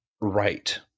right